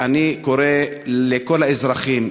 אני קורא לכל האזרחים,